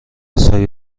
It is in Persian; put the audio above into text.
سایه